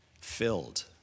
filled